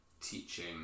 teaching